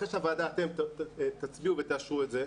אחרי שהוועדה תצביע ותאשר את זה,